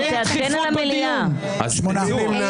הצבעה לא אושרו.